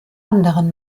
anderen